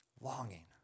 Longing